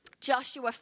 Joshua